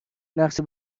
نقشه